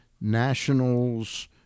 nationals